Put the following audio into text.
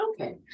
Okay